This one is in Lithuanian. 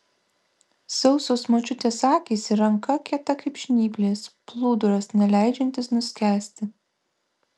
sausos močiutės akys ir ranka kieta kaip žnyplės plūduras neleidžiantis nuskęsti